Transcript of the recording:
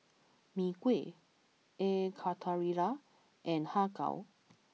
Mee Kuah air Karthira and Har Kow